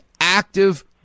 active